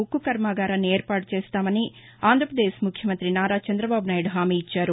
ఉక్కు కర్మాగారాన్ని ఏర్పాటు చేస్తామని ఆంధ్రప్రదేశ్ ముఖ్యమంతి నారా చంద్రదబాబునాయుడు హోమీ ఇచ్చారు